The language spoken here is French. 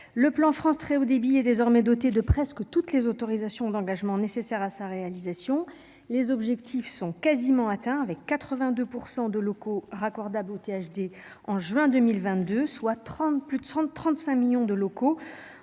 le plan France très Haut débit est désormais dotée de presque toutes les autorisations d'engagement nécessaires à sa réalisation, les objectifs sont quasiment atteint avec 82 % de locaux raccordables THD en juin 2022 soit 30 plus de 135 millions de locaux